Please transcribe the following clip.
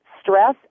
Stress